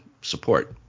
support